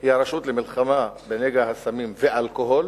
היא הרשות למלחמה בנגע הסמים והאלכוהול,